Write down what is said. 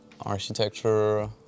architecture